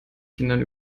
kindern